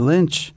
Lynch